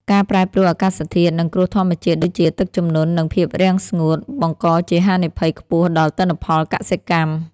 ការប្រែប្រួលអាកាសធាតុ និងគ្រោះធម្មជាតិដូចជាទឹកជំនន់ និងភាពរាំងស្ងួត បង្កជាហានិភ័យខ្ពស់ដល់ទិន្នផលកសិកម្ម។